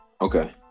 okay